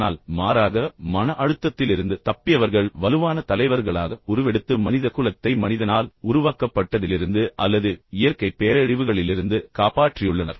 ஆனால் மாறாக மன அழுத்தத்திலிருந்து தப்பியவர்கள் வலுவான தலைவர்களாக உருவெடுத்து மனிதகுலத்தை மனிதனால் உருவாக்கப்பட்டதிலிருந்து அல்லது இயற்கை பேரழிவுகளிலிருந்து காப்பாற்றியுள்ளனர்